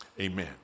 amen